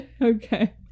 Okay